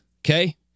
okay